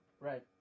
Right